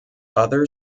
other